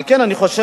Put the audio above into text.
על כן אני חושב,